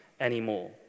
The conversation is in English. anymore